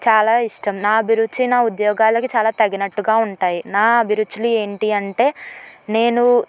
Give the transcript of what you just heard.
చాలా ఇష్టం నా అభిరుచి నా ఉద్యోగాలకి చాలా తగినట్టుగా ఉంటాయి నా అభిరుచులు ఏంటి అంటే నేను